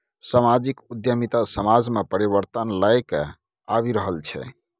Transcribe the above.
समाजिक उद्यमिता समाज मे परिबर्तन लए कए आबि रहल छै